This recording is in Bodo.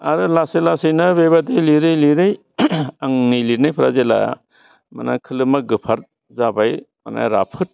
आरो लासै लासैनो बेबायदि लिरै लिरै आंनि लिरनायफोरा जेब्ला माहोनो खोलोमा गोफाथ जाबाय मानो राफोद